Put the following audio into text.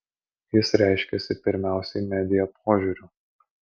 jis reiškiasi pirmiausiai media požiūriu